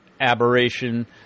aberration